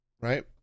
right